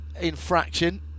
infraction